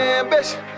ambition